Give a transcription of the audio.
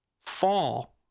fall